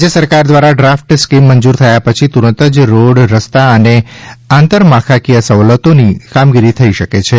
રાજ્ય સરકાર દ્વારા ડ્રાફ્ટ સ્કીમ મંજુર થયા પછી તુરંત જ રોડ રસ્તા અને આંતરમાળખાકીય સવલતોની કામગીરી થઈ શકે છે